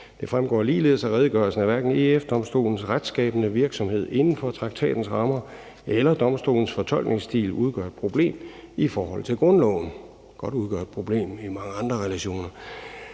Det fremgår ligeledes af redegørelsen, at hverken EF-Domstolens retsskabende virksomhed inden for traktatens rammer eller Domstolens fortolkningsstil udgør et problem i forhold til grundloven ...«. Den kan godt udgøre et problem i mange andre relationer.